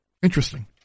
Interesting